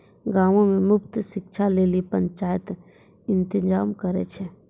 गांवो मे मुफ्त शिक्षा लेली पंचायत इंतजाम करै छै